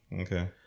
okay